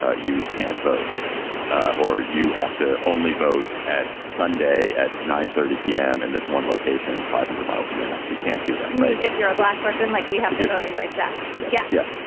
ah you can't vote or you have to only vote at sunday at nine, thirty p m. in this one location five hundred miles from your house you can't do that if you're a black person, like we have voting rights act. yeah, yeah yeah,